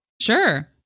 Sure